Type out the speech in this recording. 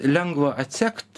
lengva atsekt